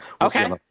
Okay